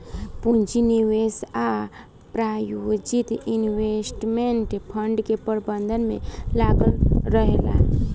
पूंजी निवेश आ प्रायोजित इन्वेस्टमेंट फंड के प्रबंधन में लागल रहेला